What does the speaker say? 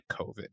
COVID